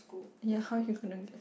ya how're you gonna